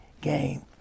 game